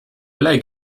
like